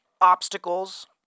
obstacles